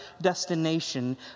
destination